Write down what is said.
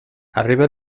arriba